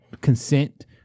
consent